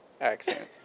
accent